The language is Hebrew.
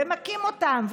ומכים אותם,